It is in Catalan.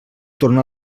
tornar